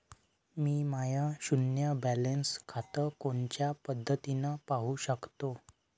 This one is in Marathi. मी माय शुन्य बॅलन्स खातं कोनच्या पद्धतीनं पाहू शकतो?